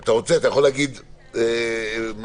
אם אתה רוצה אתה יכול להגיד מה שנקרא